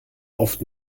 oft